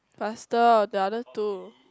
faster the other two